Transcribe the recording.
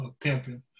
pimping